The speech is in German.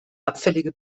abfällige